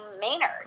Maynard